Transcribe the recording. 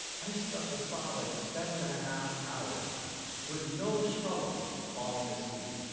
i slept a solid seven-and-a-half hours with no struggle falling asleep.